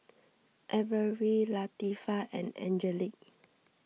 Averie Latifah and Angelique